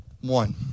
one